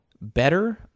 better